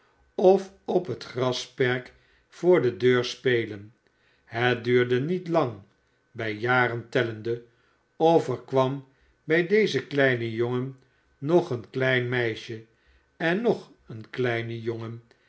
of op het grasperk voor de deur spelen het duurde met lang bij jaren tellende of er kwam bij dezen kleinen jongen nog een klein meisje en nog een kleinen jongen